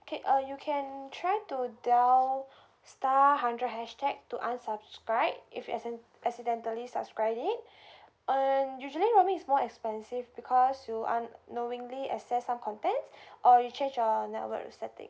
okay uh you can try to dial star hundred hashtag to unsubscribe if you acciden~ accidentally subscribe it and usually rooming is more expensive because you unknowingly access some content or you change your network resetting